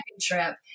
trip